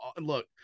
look –